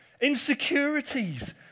insecurities